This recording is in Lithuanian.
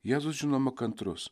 jėzus žinoma kantrus